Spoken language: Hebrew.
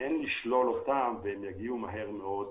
שאין לשלול אותם והם יגיעו מהר מאוד